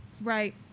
Right